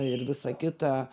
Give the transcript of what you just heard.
ir visa kita